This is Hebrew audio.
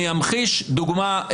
אני אמחיש בדוגמה.